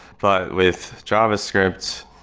but with javascript,